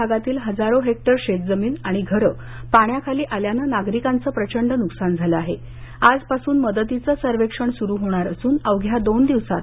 भागातील हजारो हेक्टर शेतजमीन आणि घरे पाण्याखाली आल्याने नागरिकांचे प्रचंड न्कसान झाले आहेत आजपासून मदतीचे सर्वेक्षण स्रू होणार असून अवघ्या दोन दिवसात